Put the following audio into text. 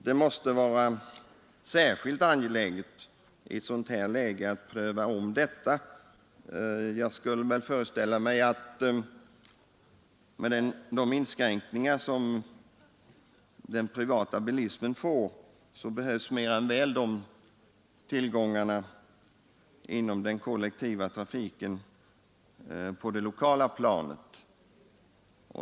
Det måste i ett läge som det nuvarande vara särskilt angeläget att pröva om dessa förhållanden. Med hänsyn till de inskränkningar som den privata bilismen får vidkännas föreställer jag mig att dessa trafikresurser mer än väl kommer att behövas inom den kollektiva trafiken på det lokala planet.